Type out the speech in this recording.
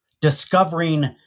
discovering